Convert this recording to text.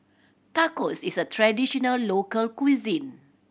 tacos is a traditional local cuisine